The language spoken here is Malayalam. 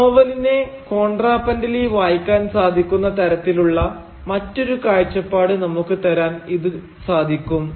നോവലിനെ കോൺട്രാപ്ന്റലി വായിക്കാൻ സാധിക്കുന്ന തരത്തിലുള്ള മറ്റൊരു കാഴ്ചപ്പാട് നമുക്ക് തരാൻ ഇതിനു സാധിക്കും